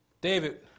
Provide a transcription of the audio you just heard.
David